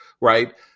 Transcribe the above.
Right